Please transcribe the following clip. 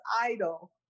idol